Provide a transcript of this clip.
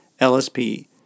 LSP